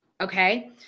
okay